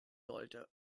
sollte